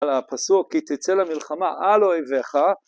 על הפסוק כי תצא למלחמה על אויביך